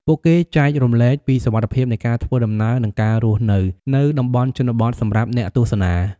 ពួកគេចែករំលែកពីសុវត្ថិភាពនៃការធ្វើដំណើរនិងការរស់នៅ នៅតំបន់ជនបទសម្រាប់អ្នកទស្សនា។